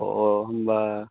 अ अ होनबा